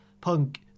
Punk